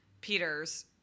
Peter's